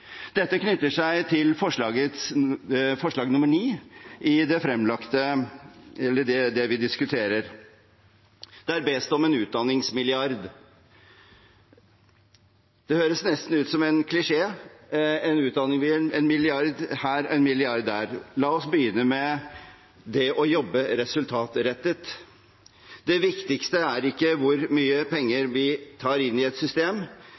Dette knytter seg til punkt 9 i det representantforslaget vi diskuterer. Der bes det om en utdanningsmilliard. Det høres nesten ut som en klisjé – en milliard her, en milliard der. La oss begynne med det å jobbe resultatrettet. Det viktigste er ikke hvor mye penger vi tar inn i et system.